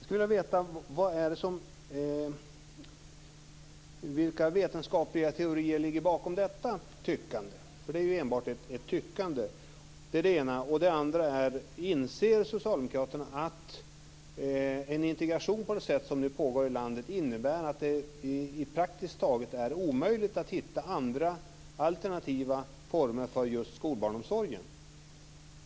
Jag skulle vilja veta vilka vetenskapliga teorier som ligger bakom detta tyckande, för det är ju enbart ett tyckande. Det var den ena frågan. Den andra frågan är: Inser Socialdemokraterna att en integration på det sätt som nu pågår i landet innebär att det är praktiskt taget omöjligt att hitta andra alternativa former för just skolbarnsomsorgen?